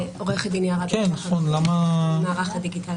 עורכת הדין יערה בן שחר תיק.